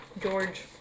George